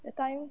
that time